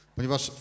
Ponieważ